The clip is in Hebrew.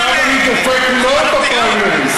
עכשיו אני דופק לו את הפריימריז.